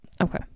Okay